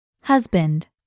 Husband